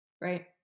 right